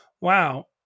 wow